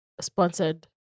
sponsored